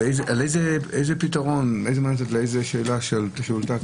איזה פתרון, לאיזו שאלה שהועלתה?